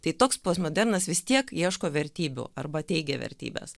tai toks postmodernus vis tiek ieško vertybių arba teigia vertybes